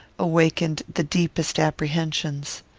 awakened the deepest apprehensions.